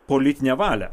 politinę valią